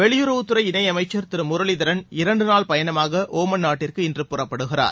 வெளியுறவுத்துறை இணையமைச்சர் திரு முரளிதரன் இரண்டு நாள் பயணமாக ஓமன் நாட்டிற்கு இன்று புறப்படுகிறார்